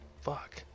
fuck